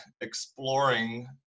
exploring